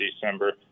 december